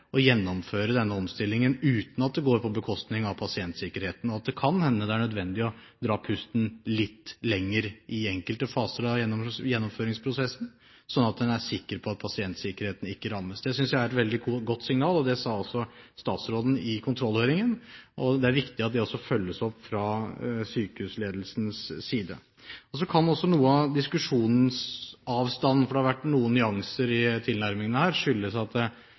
å ta den tiden det tar å gjennomføre denne omstillingen – uten at det går på bekostning av pasientsikkerheten – og at det kan hende det er nødvendig å dra pusten litt lenger i enkelte faser av gjennomføringsprosessen, sånn at en er sikker på at pasientsikkerheten ikke rammes. Det synes jeg er et veldig godt signal, og det sa også statsråden i kontrollhøringen. Det er viktig at det også følges opp fra sykehusledelsens side. Så kan også noe av diskusjonsavstanden – for det har vært noen nyanser i tilnærmingen her – skyldes at